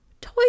toy